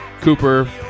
cooper